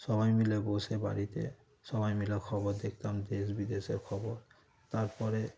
সবাই মিলে বসে বাড়িতে সবাই মিলে খবর দেখতাম দেশ বিদেশের খবর তার পরে